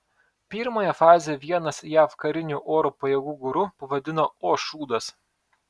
pirmąją fazę vienas jav karinių oro pajėgų guru pavadino o šūdas